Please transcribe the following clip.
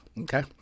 Okay